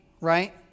right